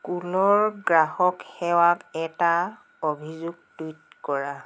কোলৰ গ্ৰাহক সেৱাক এটা অভিযোগ টুইট কৰা